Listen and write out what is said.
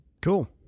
Cool